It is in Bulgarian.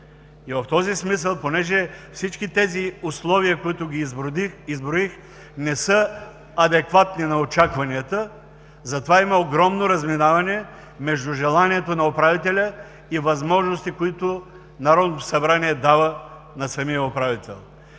В този смисъл понеже всички условия, които изброих, не са адекватни на очакванията, има огромно разминаване между желанието на управителя и възможности, които Народното събрание дава на самия управител.